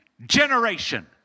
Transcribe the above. generation